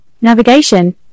navigation